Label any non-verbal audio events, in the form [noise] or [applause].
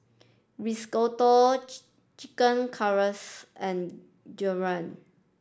Risotto [noise] Chicken [unintelligible] and [unintelligible]